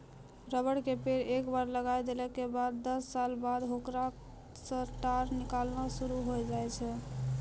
rubber के पेड़ एक बार लगाय देला के बाद दस साल बाद होकरा सॅ टार निकालना शुरू होय जाय छै